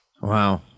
Wow